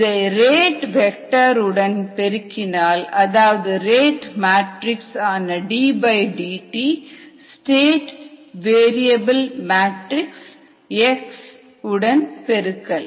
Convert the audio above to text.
இதை rate vector உடன் பெருக்கினால் அதாவது ரேட் மேட்ரிக்ஸ் ஆனddt ஸ்டேட் வேரிஏபில் மேட்ரிக்ஸ் x பெருக்கல்